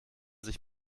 sich